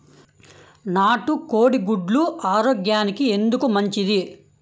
నాటు కోడి గుడ్లు ఆరోగ్యానికి ఎందుకు మంచిది?